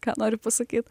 ką nori pasakyt